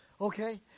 okay